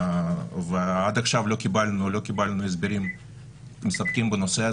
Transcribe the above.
ועד עכשיו לא קיבלנו הסברים מספקים בנושא הזה,